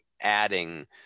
adding